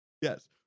Yes